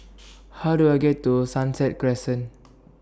How Do I get to Sunset Crescent